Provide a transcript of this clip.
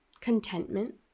contentment